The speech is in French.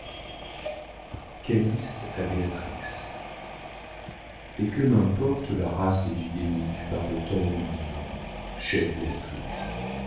a béatrix et que m'importe la race des du guénic par le temps où nous vivons